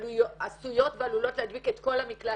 עשויות ועלולות להדביק את כל המקלט,